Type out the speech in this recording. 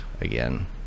again